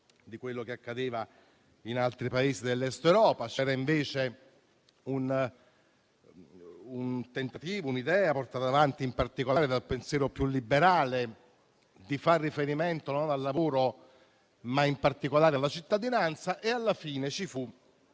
di quello che accadeva in altri Paesi dell'Est Europa. C'era invece un'idea portata avanti in particolare dal pensiero più liberale, di far riferimento non al lavoro, ma alla cittadinanza. Alla fine ci fu